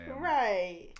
Right